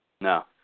No